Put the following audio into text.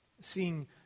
seeing